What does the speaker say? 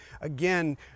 again